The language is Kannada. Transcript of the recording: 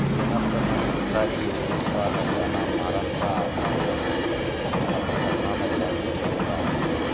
ಗೆಣಸನ ಹೆಚ್ಚಾಗಿ ಒಡಿಶಾ ಹರಿಯಾಣ ಮಹಾರಾಷ್ಟ್ರ ಅಸ್ಸಾಂ ಮತ್ತ ನಮ್ಮ ಕರ್ನಾಟಕದಾಗನು ಬೆಳಿತಾರ